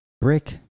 brick